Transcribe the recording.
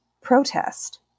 protest